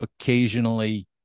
occasionally